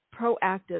proactive